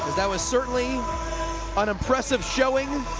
that was certainly an impressive showing